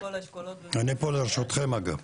לכל האשכולות --- אני פה לרשותכם, אגב.